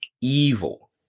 evil